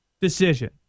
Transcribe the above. decision